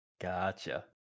Gotcha